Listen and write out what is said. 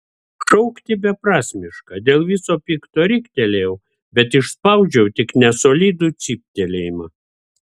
šaukti beprasmiška dėl viso pikto riktelėjau bet išspaudžiau tik nesolidų cyptelėjimą